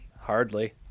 Hardly